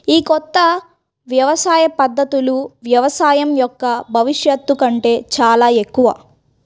ఈ కొత్త వ్యవసాయ పద్ధతులు వ్యవసాయం యొక్క భవిష్యత్తు కంటే చాలా ఎక్కువ